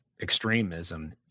extremism